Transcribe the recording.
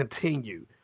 Continue